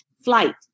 flight